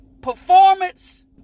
performance